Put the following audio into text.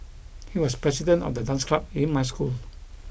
he was the president of the dance club in my school